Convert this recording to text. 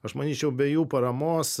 aš manyčiau be jų paramos